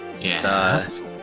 Yes